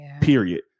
period